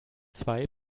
zwei